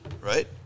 right